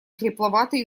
хрипловатый